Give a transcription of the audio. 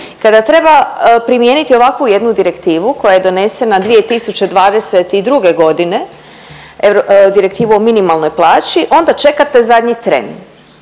Kada treba primijeniti ovakvu jednu direktivu koja je donesena 2022. godine, direktivu o minimalnoj plaći, onda čekate zadnji tren,